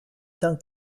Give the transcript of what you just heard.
cent